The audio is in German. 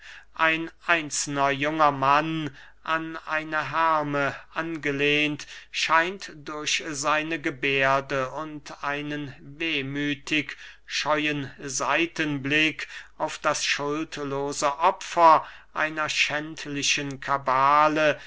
ein einzelner junger mann an eine herme angelehnt scheint durch seine geberde und einen wehmüthig scheuen seitenblick auf das schuldlose opfer einer schändlichen kabale